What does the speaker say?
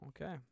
Okay